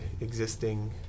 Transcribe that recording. existing